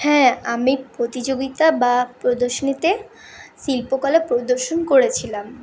হ্যাঁ আমি প্রতিযোগিতা বা প্রদর্শনীতে শিল্পকলা প্রদর্শন করেছিলাম